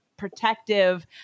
protective